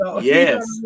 Yes